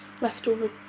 leftover